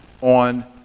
on